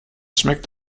schmeckt